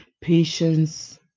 patience